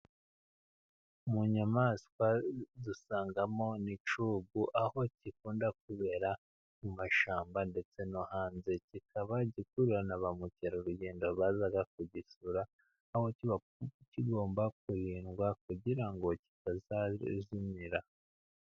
Mu nyamaswa dusangamo n'icyugu, aho gikunda kwibera mu mashyamba ndetse no hanze, kikaba gikurura na ba mukerarugendo baza kugisura, aho kiba kigomba kurindwa kugira ngo kitazazimira.